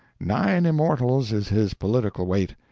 nine immortals is his political weight!